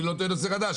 אני לא טוען לנושא חדש,